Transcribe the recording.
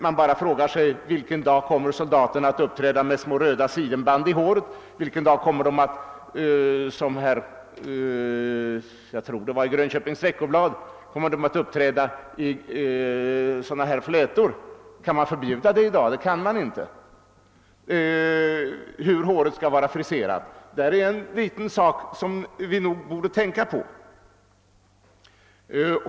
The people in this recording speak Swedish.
Man bara frågar sig vilken dag soldaterna kommer att uppträda med små röda sidenband i håret och — som jag tror det stod i Grönköpings veckoblad — med flätor. Kan man i dag förbjuda. sådant? Nej, det kan man inte. Men hur håret skall vara friserat är nog en sak som vi kan ivingas tänka närmare på.